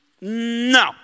No